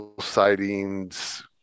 sightings